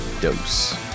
Dose